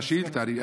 לשאילתה.